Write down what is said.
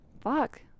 Fuck